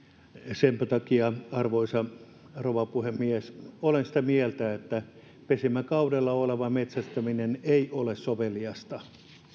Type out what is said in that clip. senpä takia arvoisa rouva puhemies olen sitä mieltä että pesimäkaudella olevan metsästäminen ei ole soveliasta